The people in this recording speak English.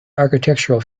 architectural